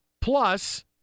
Plus